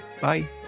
bye